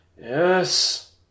Yes